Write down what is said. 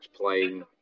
playing